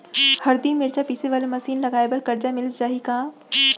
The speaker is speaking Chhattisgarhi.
हरदी, मिरचा पीसे वाले मशीन लगाए बर करजा मिलिस जाही का?